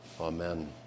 Amen